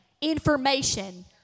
information